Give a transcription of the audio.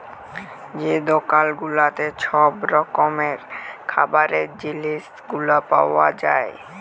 যে দকাল গুলাতে ছব রকমের খাবারের জিলিস গুলা পাউয়া যায়